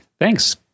Thanks